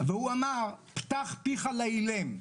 הוא אמר "פתח פיך לאילם".